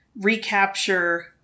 recapture